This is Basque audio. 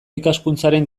ikaskuntzaren